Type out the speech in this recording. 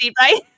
right